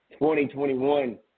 2021